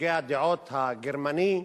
הוגה הדעות הגרמני,